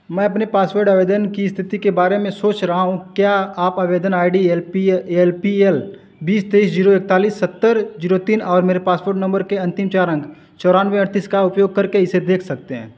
मैं अपने पासपोर्ट आवेदन की स्थिति के बारे में सोच रहा हूँ क्या आप आवेदन ID L P L P L बीस तेइस जीरो एकतालीस सत्तर जीरो तीन और मेरे पासपोर्ट नंबर के अंतिम चार अंक चौरानवे अड़तीस का उपयोग करके इसे देख सकते हैं